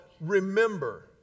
remember